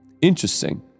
Interesting